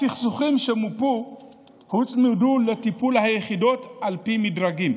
הסכסוכים שמופו הוצמדו לטיפול היחידות על פי מדרגים.